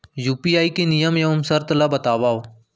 UPI के नियम एवं शर्त ला बतावव